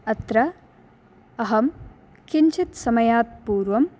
अत्र अहं किञ्चित् समयात् पूर्वं